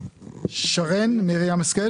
שרן מרים השכל